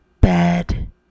bed